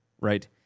right